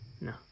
no